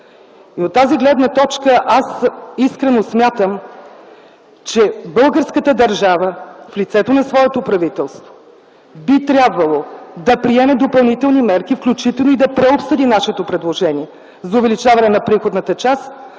От тази гледна точка аз искрено смятам, че българската държава в лицето на своето правителство би трябвало да приеме допълнителни мерки, включително да преобсъди нашето предложение за увеличаване на приходната част,